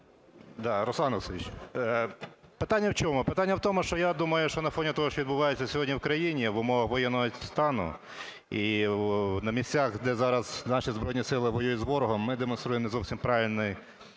Т.І. Руслан Олексійович, питання в чому, питання в тому, що я думаю, що на фоні того, що відбувається сьогодні в країні в умовах воєнного стану і на місцях, де зараз наші Збройні Сили воюють з ворогом, ми демонструємо не зовсім правильний